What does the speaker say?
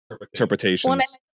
interpretations